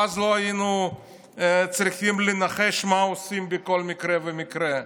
ואז לא היינו צריכים לנחש מה עושים בכל מקרה ומקרה.